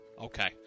Okay